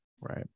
Right